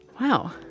Wow